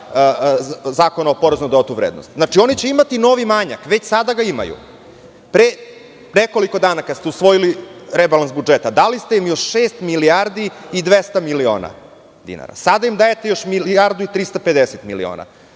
Zakona o PDV. Oni će imati novi manjak. Već sada ga imaju. Pre nekoliko dana, kad ste usvojili rebalans budžeta, dali ste im još šest milijardi i 200 miliona dinara. Sada im dajete još milijardu i 350 miliona.